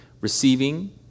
receiving